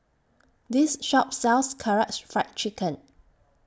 This Shop sells Karaage Fried Chicken